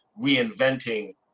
reinventing